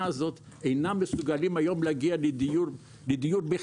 הזאת אינם מסוגלים היום להגיע לדיור בכלל.